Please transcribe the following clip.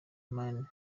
mane